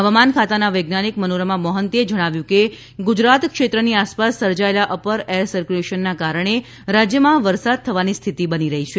હવામાન ખાતાના વૈજ્ઞાનિક મનોરમા મોહંતીએ જણાવ્યું છે કે ગુજરાત ક્ષેત્રની આસપાસ સર્જાયેલા અપર એરસરક્યુલેશનના કારણે રાજ્યમાં વરસાદ થવાની સ્થિતિ બની રહી છે